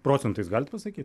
procentais galit pasakyt